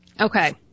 Okay